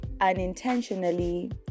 unintentionally